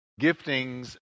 giftings